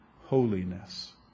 holiness